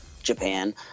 japan